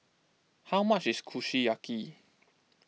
how much is Kushiyaki